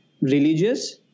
religious